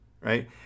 right